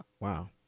Wow